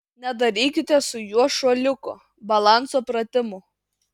nedarykite su juo šuoliukų balanso pratimų